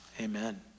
amen